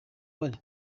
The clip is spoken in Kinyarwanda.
bari